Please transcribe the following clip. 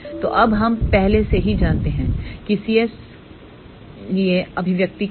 तो अब हम पहले से ही जानते हैं कि cs लिए अभिव्यक्ति क्या है